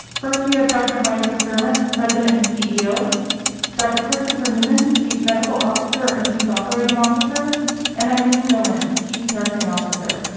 first we have dr. mike mcdermott, president and ceo dr. christopher newman, chief medical officer and chief operating officer and eileen dohmann, chief nursing officer.